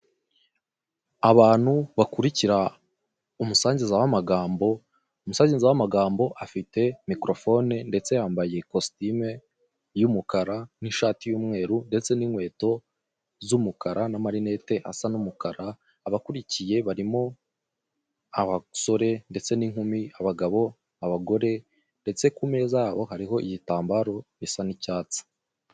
Abantu bakurikira umusangiza w'amagambo, umusangiza w'amagambo afite microphone ndetse yambaye costume y'umukara n'ishati y'umweru ndetse n'inkweto z'umukara n'amarinete asa n'umukara abakurikiye barimo abasorendetse n'inkumi abagabo, abagore ndetse no kumeza yabo hariho igitambaro gisa n'icyatsi.